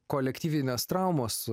kolektyvinės traumos